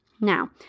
Now